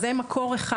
זה מקור אחד.